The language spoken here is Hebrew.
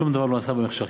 שום דבר לא נעשה במחשכים,